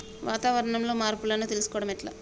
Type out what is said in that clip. వాతావరణంలో మార్పులను తెలుసుకోవడం ఎట్ల?